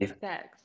sex